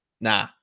nah